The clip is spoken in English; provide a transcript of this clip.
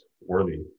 worthy